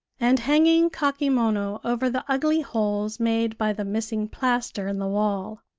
and hanging kakemono over the ugly holes made by the missing plaster in the wall.